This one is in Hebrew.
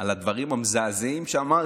על הדברים המזעזעים שאמרתי.